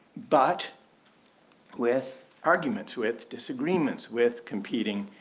but with arguments with disagreements with competing